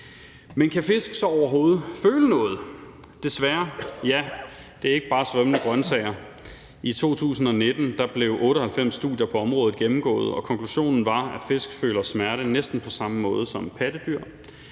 Men kan fisk så overhovedet føle noget? Desværre, ja. Det er ikke bare svømmende grønsager. I 2019 blev 98 studier på området gennemgået, og konklusionen var, at fisk føler smerte næsten på samme måde som pattedyr.